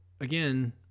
again